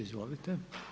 Izvolite.